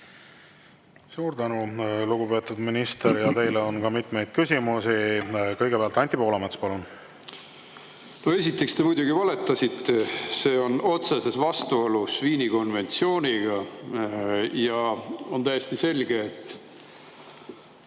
Suur tänu, lugupeetud minister! Teile on ka mitmeid küsimusi. Kõigepealt Anti Poolamets, palun! Esiteks te muidugi valetasite: see on otseses vastuolus Viini konventsiooniga. On täiesti selge, et